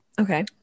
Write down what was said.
Okay